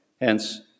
Hence